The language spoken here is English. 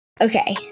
Okay